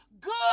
good